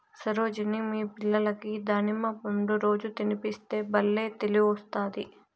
సరోజిని మీ పిల్లలకి దానిమ్మ పండ్లు రోజూ తినిపిస్తే బల్లే తెలివొస్తాది